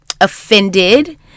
offended